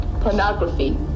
pornography